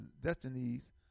destinies